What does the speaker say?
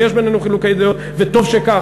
ויש בינינו חילוקי דעות וטוב שכך,